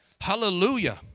Hallelujah